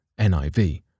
NIV